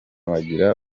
bagira